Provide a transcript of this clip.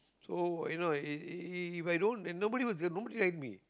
so you know i~ i~ if i don't and nobody was there nobody hired me